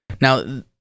Now